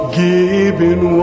giving